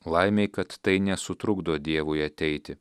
laimei kad tai nesutrukdo dievui ateiti